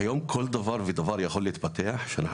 היום כל דבר יכול להתפתח בצורה שאנחנו